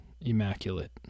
immaculate